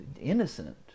innocent